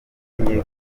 nke